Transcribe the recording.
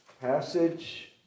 passage